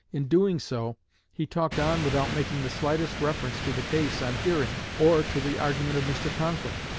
in doing so he talked on without making the slightest reference to the case on hearing or to the argument of mr. conkling.